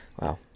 Wow